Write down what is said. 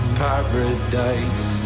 paradise